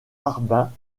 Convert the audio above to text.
harbin